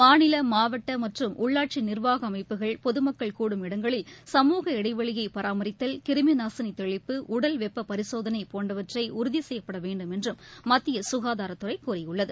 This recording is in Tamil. மாநில மாவட்டமற்றும் உள்ளாட்சிநிர்வாகஅமைப்புகள் பொதுமக்கள் கூடும் இடங்களில் சமுக இடைவெளியைபராமரித்தல் கிருமிநாசினிதெளிப்பு உடல் வெப்பரிசோதனைபோன்றவற்றைஉறுதிசெய்யப்படவேண்டும் என்றும் மத்தியசுகாதாரத் துறைகூறியுள்ளது